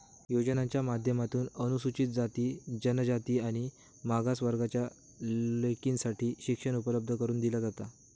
योजनांच्या माध्यमातून अनुसूचित जाती, जनजाति आणि मागास वर्गाच्या लेकींसाठी शिक्षण उपलब्ध करून दिला जाता